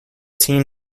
team